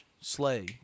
slay